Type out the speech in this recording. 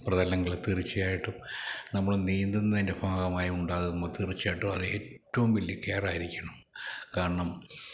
പ്രതലങ്ങൾ തീർച്ചയായിട്ടും നമ്മള് നീന്തുന്നതിൻ്റെ ഭാഗമായി ഉണ്ടാകുമ്പോള് തീർച്ചയായിട്ടും അതേറ്റവും വലിയ കെയറായിരിക്കണം കാരണം